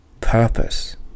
purpose